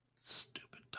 Stupid